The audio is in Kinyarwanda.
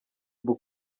boo